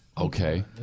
Okay